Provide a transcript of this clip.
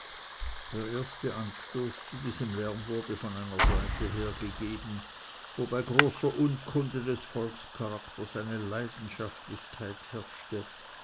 der erste anstoß zu diesem lärm wurde von einer seite her gegeben wo bei großer unkunde des volkscharakters eine leidenschaftlichkeit herrscht